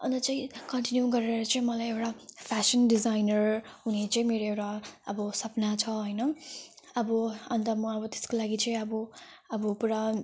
अन्त चाहिँ कन्टिन्यु गरेर चाहिँ मलाई एउटा फ्यासन डिजाइनर हुने चाहिँ मेरो एउटा अब सपना छ होइन अब अन्त म अब त्यसको लागि चाहिँ अब अब पुरा